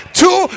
two